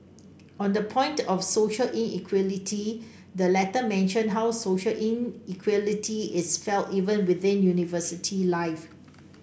on the point of social inequality the letter mentioned how social inequality is felt even within university life